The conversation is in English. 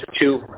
two